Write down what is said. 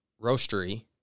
roastery